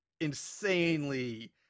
insanely